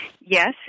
Yes